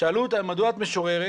שאלו אותה 'מדוע את משוררת'